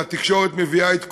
והתקשורת מביאה את קולו,